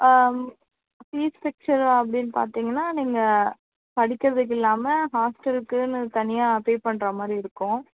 fees structure அப்படினு பார்த்திங்கன்னா நீங்கள் படிக்கிறதுக்கு இல்லாமல் ஹாஸ்டலுக்குன்னு தனியாக பே பண்ணுற மாதிரி இருக்கும்